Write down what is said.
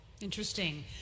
Interesting